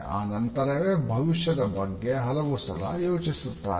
ಆನಂತರವೇ ಭವಿಷ್ಯದ ಬಗ್ಗೆ ಹಲವುಸಲ ಯೋಚಿಸುತ್ತಾರೆ